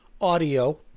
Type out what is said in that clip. audio